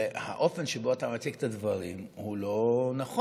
שהאופן שבו שאתה מציג את הדברים הוא לא נכון.